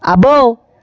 అబ్బో